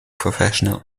professional